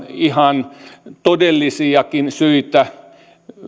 ihan todellisiakin syitä